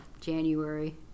January